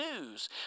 news